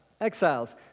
Exiles